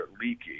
leaky